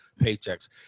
paychecks